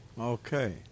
Okay